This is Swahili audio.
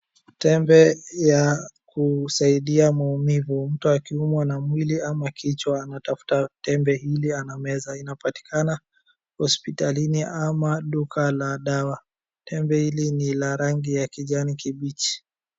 Tembe ya kusaidia maumivu, mtu akiumwa na mwili ama kichwa anatafuta tembe hili anameza. Inapatikana hoapitalini ama duka la madawa. Tembe hili ni la rangi ya kijani kimbichi.